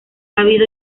habido